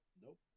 Nope